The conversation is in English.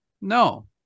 No